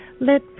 let